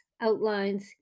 outlines